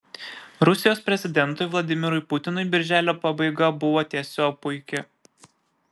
rusijos prezidentui vladimirui putinui birželio pabaiga buvo tiesiog puiki